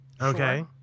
okay